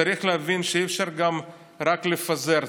צריך להבין שגם אי-אפשר רק לפזר.